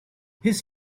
his